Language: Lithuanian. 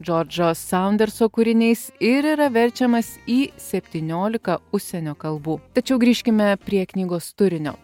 džordžo saunderso kūriniais ir yra verčiamas į septyniolika užsienio kalbų tačiau grįžkime prie knygos turinio